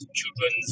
children